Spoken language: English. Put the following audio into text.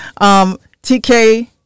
tk